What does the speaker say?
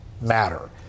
matter